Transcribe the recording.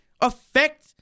affect